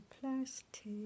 plastic